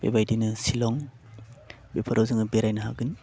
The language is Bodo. बेबायदिनो सिलं बेफोराव जों बेरायनो हागोन